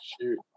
shoot